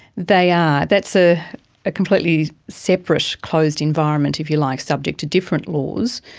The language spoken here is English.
they are, that's a completely separate closed environment, if you like, subject to different laws.